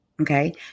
Okay